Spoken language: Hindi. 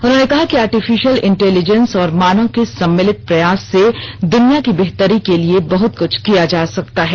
उन्होंने कहा कि आर्टिफिशियल इंटेलिजेंस और मानव के सम्मिलित प्रयास से दुनिया की बेहतरी के लिए बहत कुछ किया जा सकता है